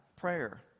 prayer